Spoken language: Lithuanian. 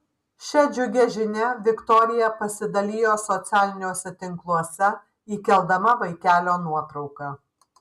šia džiugia žinia viktorija pasidalijo socialiniuose tinkluose įkeldama vaikelio nuotrauką